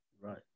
Right